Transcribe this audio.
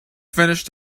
finished